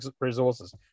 resources